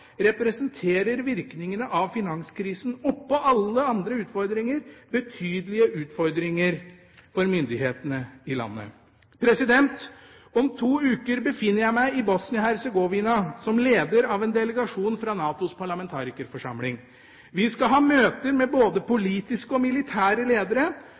representerer virkningene av finanskrisen – oppå alle andre utfordringer – betydelige utfordringer for myndighetene i landet. Om to uker befinner jeg meg i Bosnia-Hercegovina som leder av en delegasjon fra NATOs parlamentarikerforsamling. Vi skal ha møter med både politiske og militære ledere